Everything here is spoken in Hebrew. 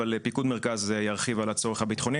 אבל פיקוד מרכז ירחיב על הצורך הביטחוני,